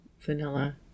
vanilla